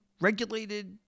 regulated